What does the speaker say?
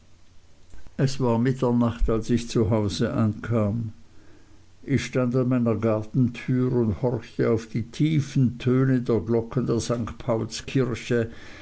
es war mitternacht als ich zu hause ankam ich stand an meiner gartentür und horchte auf die tiefen töne der glocken der st paulskirche